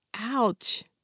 Ouch